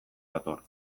dator